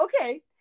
okay